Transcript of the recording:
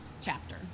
chapter